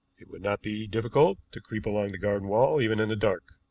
it would not be difficult to creep along the garden wall even in the dark.